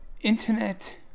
internet